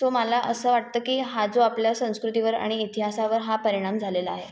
so मला असं वाटतं की हा जो आपल्या संस्कृतीवर आणि इतिहासावर हा परिणाम झालेला आहे